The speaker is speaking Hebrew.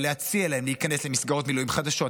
אבל להציע להם להיכנס למסגרות מילואים חדשות,